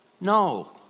No